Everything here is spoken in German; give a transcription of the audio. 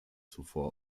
zuvor